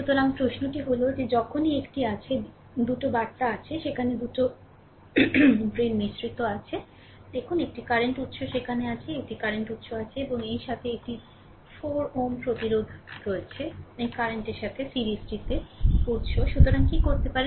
সুতরাং প্রশ্নটি হল যে যখনই একটি আছে 2 বার্তা আছে সেখানে 2 ব্রেইন মিশ্রিত আছে দেখুন একটি কারেন্ট উত্স সেখানে আছে একটি কারেন্ট উত্স আছে এবং সেই সাথে একটি 4 Ω প্রতিরোধেরও রয়েছে এই কারেন্টের সাথে সিরিজটিতে উৎস সুতরাং কি করতে পারেন